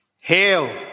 Hail